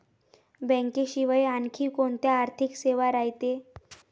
बँकेशिवाय आनखी कोंत्या आर्थिक सेवा रायते?